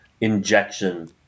injection